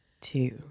two